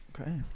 Okay